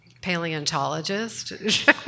paleontologist